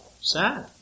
Sad